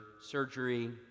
surgery